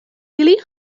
ili